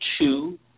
two